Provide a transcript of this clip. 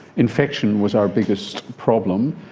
infection was our biggest problem.